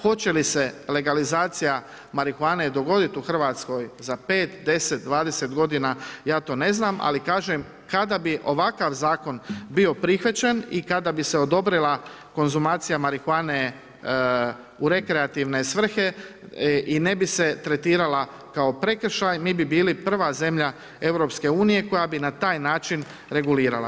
Hoće li se legalizacija marihuane dogoditi u Hrvatskoj za 5, 10, 20 godina, ja to ne znam ali kažem, kada bi ovakav zakon bio prihvaćen i kada bi se odobrila konzumacija marihuane u rekreativne svrhe i ne bi se tretirala kao prekršaj, mi bi bili prva zemlja EU-a koja bi na taj način regulirala.